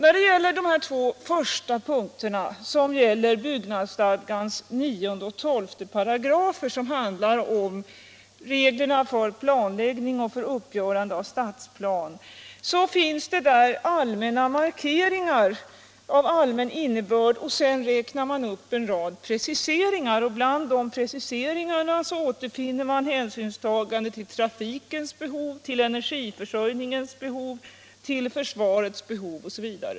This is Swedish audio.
I fråga om de två första punkterna, som alltså gäller byggnadsstadgans 9 och 12 §§ om reglerna för planläggning och uppgörande av stadsplan, finns det markeringar av allmän innebörd. Sedan görs en rad preciseringar, och bland dessa preciseringar återfinns hänsynstagande till trafikens be hov, till energiförsörjningens behov och till försvarets behov m.m.